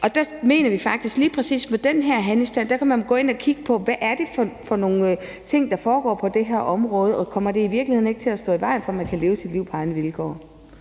dag. Der mener vi faktisk, at lige præcis på den her handlingsplan kan man gå ind at kigge på: Hvad er det for nogle ting, der foregår på det her område, og kommer det i virkeligheden ikke til at stå i vejen for, at man kan leve sit liv på egne vilkår?